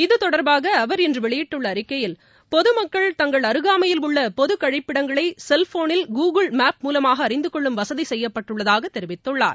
இது தொடர்பாக அவர் இன்று வெளியிட்டுள்ள அறிக்கையில் பொதுமக்கள் தங்கள் அருகாமையில் உள்ள பொதுக் கழிப்பிடங்களை செல்போனில் கூகுள் மேப் மூவமாக அறிந்து கொள்ளும் வசதி செய்யப்பட்டுள்ளதாகத் தெரிவித்துள்ளார்